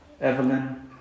Evelyn